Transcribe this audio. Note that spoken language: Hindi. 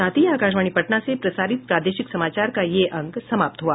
इसके साथ ही आकाशवाणी पटना से प्रसारित प्रादेशिक समाचार का ये अंक समाप्त हुआ